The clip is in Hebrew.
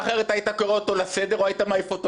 ישר היית קורא אותו לסדר או מעיף אותו ישר.